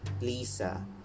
Lisa